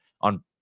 on